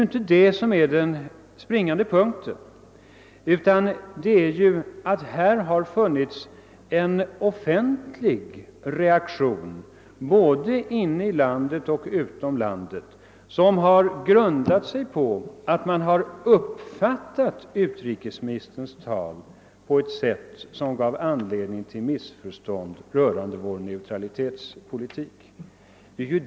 Detta utgör inte den springande punkten, utan den är att det både inom och utom landet blivit en offentlig reaktion, vilken grundat sig på att utrikesministerns tal uppfattats på ett sätt som givit anledning till missförstånd rörande vår neutralitetspolitik.